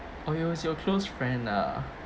oh it was your close friend ah